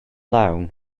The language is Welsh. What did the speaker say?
lawn